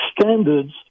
Standards